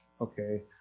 Okay